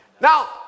Now